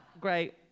Great